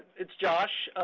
it's josh.